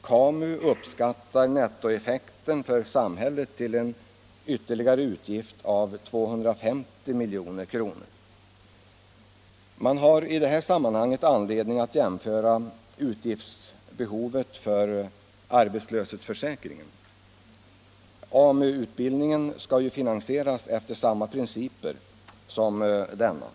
KAMU uppskattar nettoeffekten för samhället till en ytterligare utgift av 250 milj.kr. Man har i det här sammanhanget anledning att jämföra med utgiftsbehovet för arbetslöshetsförsäkringen. AMU-utbildningen skall ju finansieras efter samma principer som denna.